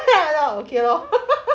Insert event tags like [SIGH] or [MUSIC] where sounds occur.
mind lah okay lor [LAUGHS]